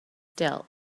still